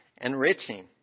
enriching